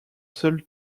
seule